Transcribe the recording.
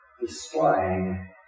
displaying